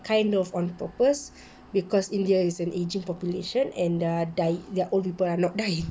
kind of on purpose because india is an ageing population and their old people are not dying